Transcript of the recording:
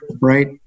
right